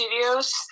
studios